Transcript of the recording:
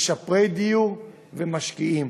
משפרי דיור ומשקיעים.